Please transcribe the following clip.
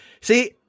see